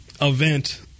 event